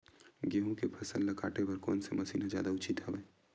गेहूं के फसल ल काटे बर कोन से मशीन ह जादा उचित हवय?